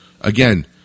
Again